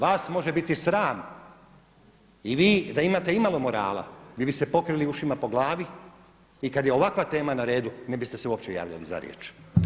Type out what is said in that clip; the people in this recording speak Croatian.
Vas može biti sram i vi da imate imalo morala vi biste se pokrili ušima po glavi i kad je ovakva tema na redu ne biste se uopće javljali za riječ.